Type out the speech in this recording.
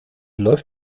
läuft